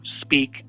speak